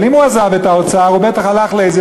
אבל אם הוא עזב את האוצר הוא בטח הלך לאיזה